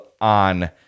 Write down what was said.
on